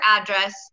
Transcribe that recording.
address